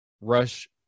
rush